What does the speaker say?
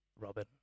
robin